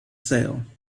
sale